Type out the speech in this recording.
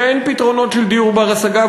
כשאין פתרונות של דיור בר-השגה,